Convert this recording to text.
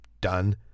Done